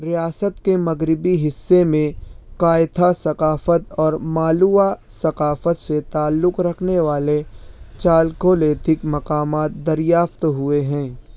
ریاست کے مغربی حصے میں کائیتھا ثقافت اور مالووا ثقافت سے تعلق رکھنے والے چالکولیتھک مقامات دریافت ہوئے ہیں